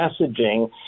messaging